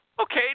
Okay